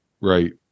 right